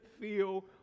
feel